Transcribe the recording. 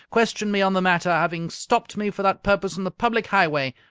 question me on the matter, having stopped me for that purpose on the public highway!